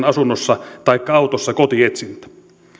asunnossa taikka autossa